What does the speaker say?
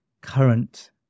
current